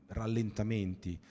rallentamenti